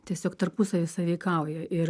tiesiog tarpusavy sąveikauja ir